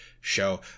show